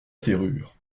serrure